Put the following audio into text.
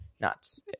Nuts